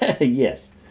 yes